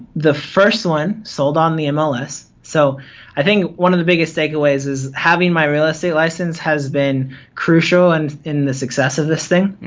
the first one sold on the um ah mls so i think one of the biggest takeaways is having my real estate license has been crucial and in the success of this thing.